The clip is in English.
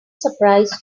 surprise